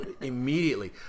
immediately